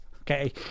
okay